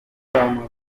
umunyeshuri